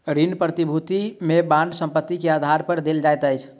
ऋण प्रतिभूति में बांड संपत्ति के आधार पर देल जाइत अछि